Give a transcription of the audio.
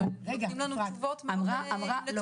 נותנים לנו תשובות עם נתונים.